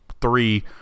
three